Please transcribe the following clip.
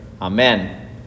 amen